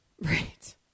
Right